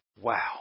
wow